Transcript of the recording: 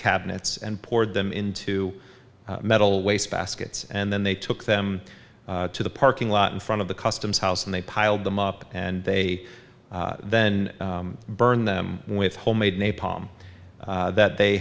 cabinets and poured them into metal waste baskets and then they took them to the parking lot in front of the customs house and they piled them up and they then burned them with homemade napalm that they